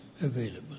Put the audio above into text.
available